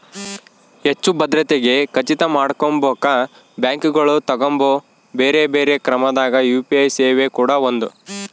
ಹೆಚ್ಚು ಭದ್ರತೆಗೆ ಖಚಿತ ಮಾಡಕೊಂಬಕ ಬ್ಯಾಂಕುಗಳು ತಗಂಬೊ ಬ್ಯೆರೆ ಬ್ಯೆರೆ ಕ್ರಮದಾಗ ಯು.ಪಿ.ಐ ಸೇವೆ ಕೂಡ ಒಂದು